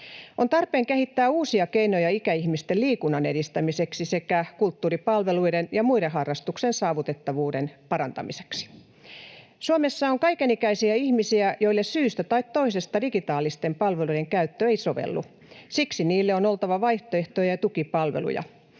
On tarpeen kehittää uusia keinoja ikäihmisten liikunnan edistämiseksi sekä kulttuuripalveluiden ja muiden harrastusten saavutettavuuden parantamiseksi. Suomessa on kaikenikäisiä ihmisiä, joille syystä tai toisesta ei digitaalisten palveluiden käyttö sovellu — siksi niille on oltava vaihtoehtoja ja tukipalveluja.